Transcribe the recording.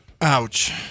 Ouch